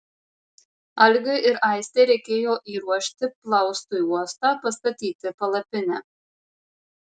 algiui ir aistei reikėjo įruošti plaustui uostą pastatyti palapinę